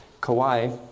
Kauai